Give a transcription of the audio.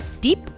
Deep